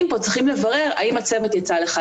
הנה המכתב שיצא מכם,